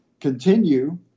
continue